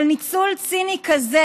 אבל ניצול ציני כזה,